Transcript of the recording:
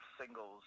singles